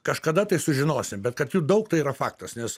kažkada tai sužinosim bet kad jų daug tai yra faktas nes